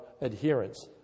adherence